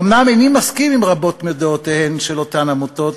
אומנם איני מסכים עם רבות מדעותיהן של אותן עמותות,